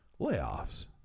layoffs